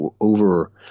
over